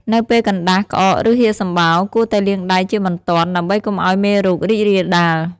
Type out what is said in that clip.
នៅពេលកណ្តាស់ ក្អក ឬហៀរសំបោរ គួរតែលាងដៃជាបន្ទាន់ដើម្បីកុំឱ្យមេរោគរីករាលដាល។